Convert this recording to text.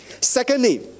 Secondly